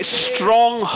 strong